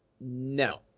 no